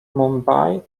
mumbai